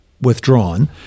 withdrawn